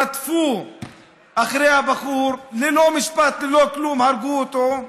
רדפו אחרי הבחור, ללא משפט ללא כלום, הרגו אותו.